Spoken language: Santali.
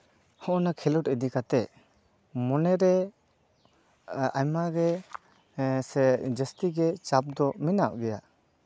ᱦᱚᱜᱼᱚᱭ ᱱᱟ ᱠᱷᱮᱞᱳᱰ ᱤᱫᱤ ᱠᱟᱛᱮᱜ ᱢᱚᱱᱮᱨᱮ ᱟᱭᱢᱟᱜᱮ ᱥᱮ ᱡᱟᱹᱥᱛᱤ ᱜᱮ ᱪᱟᱯ ᱫᱚ ᱢᱮᱱᱟᱜ ᱜᱮᱭᱟ